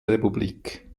republik